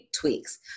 tweaks